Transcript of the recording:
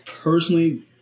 personally